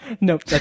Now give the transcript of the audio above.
Nope